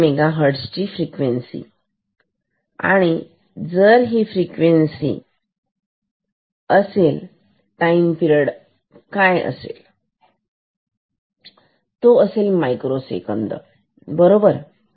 तर एक मेगाहर्ट्झ ही फ्रिक्वेन्सी आहे आणि ही जर फ्रिक्वेन्सी असेल टाईम पिरेड काय असेल तो असेल एक मायक्रो सेकंड बरोबर